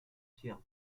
pierre